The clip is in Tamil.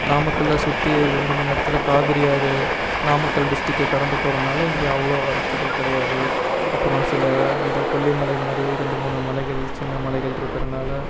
நாமக்கல்லை சுற்றி ரெண்டு மூணு இடத்துல காவேரி ஆறு நாமக்கல் டிஸ்டிக்கை கடந்து போகறதுனால இங்கே அவ்ளோக வறட்சிகள் கிடையாது அப்புறம் சில இந்த கொல்லிமலை மாதிரி ரெண்டு மூணு மலைகள் சின்ன மலைகள் இருக்கிறனால